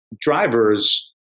drivers